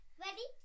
ready